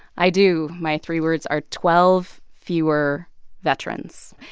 i do. my three words are twelve fewer veterans,